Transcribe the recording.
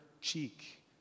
cheek